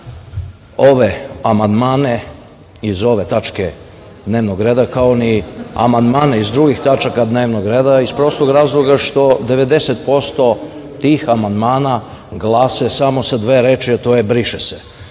ove amandmane iz ove tačke dnevnog reda, kao ni amandmane iz drugih tačaka dnevnog rada iz prostog razloga što 90% tih amandmana glase samo sa dve reči, a to je „briše se“,